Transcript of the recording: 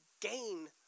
gain